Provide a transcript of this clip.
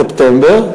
בספטמבר.